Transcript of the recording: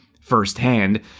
firsthand